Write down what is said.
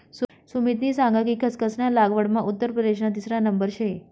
सुमितनी सांग कि खसखस ना लागवडमा उत्तर प्रदेशना तिसरा नंबर शे